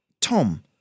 Tom